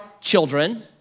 children